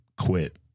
quit